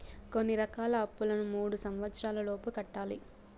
కొన్ని రకాల అప్పులను మూడు సంవచ్చరాల లోపు కట్టాలి